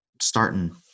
starting